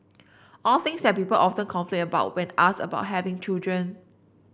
all things that people often complain about when asked about having children